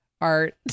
art